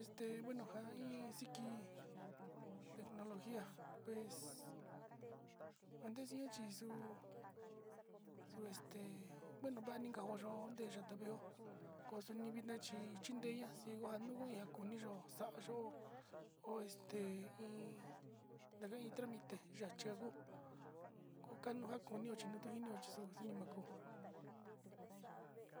Este bueno njain xiki tecnologia pues ondexia xhixuu este bueno va'a inka oyo'ó, nde yavió koxni vixna chí chinreña ciego kua kuu na koruixo xa'a yó este iin ndanga iin tramite yachi nguu uukanio njakonio chinrutu inio chixonio xoni mako.